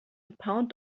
pound